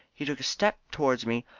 he took a step towards me,